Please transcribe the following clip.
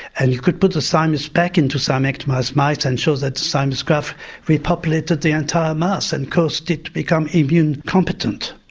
and you could put the thymus back into thymectomised mice and show that the thymus graft re-populated the entire mouse and caused become immune competent.